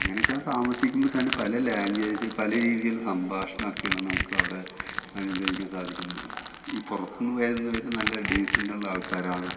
അങ്ങനെയൊക്കെ താമസിക്കുമ്പോൾ തന്നെ പല ലാങ്വേജ് പല രീതീൽ സംഭാഷണമൊക്കെയാണ് നമുക്കവിടെ അനുഭവിക്കാൻ സാധിക്കുന്നത് ഈ പുറത്തെന്ന് വരുന്നവർ നല്ല ഡീസൻറ്റൊള്ള ആൾക്കാരാണ്